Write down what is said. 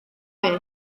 beth